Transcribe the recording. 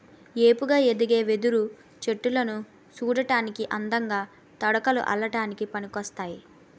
ఏపుగా ఎదిగే వెదురు చెట్టులు సూడటానికి అందంగా, తడకలు అల్లడానికి పనికోస్తాయి